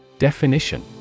Definition